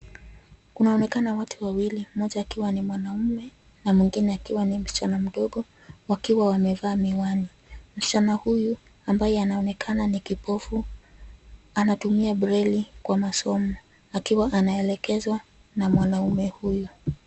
Kunaonekana watu wawili. Mmoja akiwa ni mwanaume na mwingine akiwa na msichana mdogo wakiwa wamevaa miwani. Msichana huyu ambaye anaonekana ni kipofu, anatumia breli kwa masomo. Akiwa anaelekezwa na mwanume huyu.